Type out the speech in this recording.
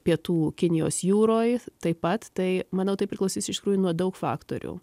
pietų kinijos jūroj taip pat tai manau tai priklausys iš tikrųjų nuo daug faktorių